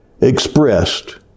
expressed